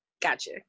Gotcha